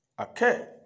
Okay